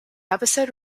episode